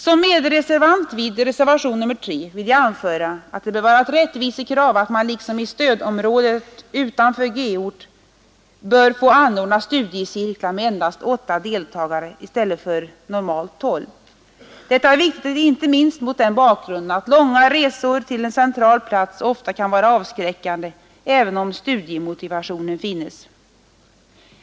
Som en av dem som avgivit reservationen 3 vill jag anföra att det bör vara ett rättvisekrav att man liksom i stödområdet utanför g-ort bör få anordna studiecirklar med endast åtta deltagare i stället för normalt tolv. Detta är viktigt inte minst mot den bakgrunden att långa resor till en central plats ofta kan vara avskräckande även om studiemotivation finns.